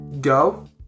go